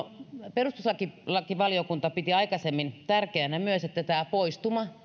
perustuslakivaliokunta piti aikaisemmin tärkeänä myös että tämä poistuma